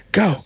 go